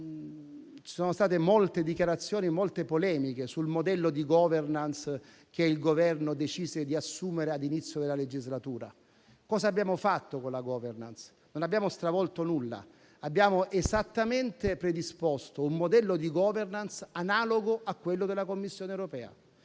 ci sono state molte dichiarazioni e molte polemiche sul modello di *governance* che il Governo decise di assumere ad inizio legislatura. Cosa abbiamo fatto con la *governance*? Non abbiamo stravolto nulla. Abbiamo esattamente predisposto un modello di *governance* analogo a quello della Commissione europea.